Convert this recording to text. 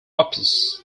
opus